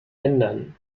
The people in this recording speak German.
ändern